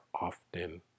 often